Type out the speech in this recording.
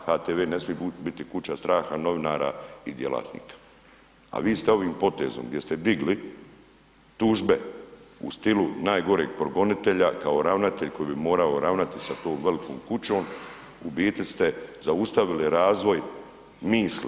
HTV ne smije biti kuća straha novinara i djelatnika a vi ste ovim potezom gdje ste digli tužbe u stilu najgoreg progonitelja kao ravnatelj koji bi morao ravnati sa tom velikom kućom, u biti ste zaustavili razvoj misli.